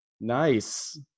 Nice